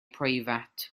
preifat